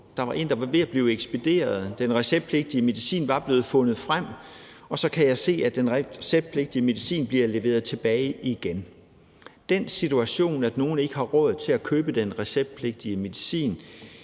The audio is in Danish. Der er en, der er ved at blive ekspederet. Den receptpligtige medicin er blevet fundet frem, og så kan jeg se, at den receptpligtige medicin bliver leveret tilbage igen. Den situation, at nogle ikke har råd til at købe den receptpligtige medicin,